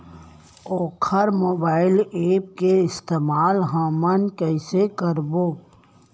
वोकर mobile app के इस्तेमाल हमन कइसे करबो?